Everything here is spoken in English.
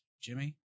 Jimmy